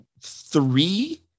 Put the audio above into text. three